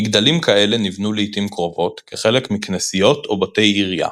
מגדלים כאלה נבנו לעיתים קרובות כחלק מכנסיות או בתי עירייה,